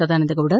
Sadananda Gowda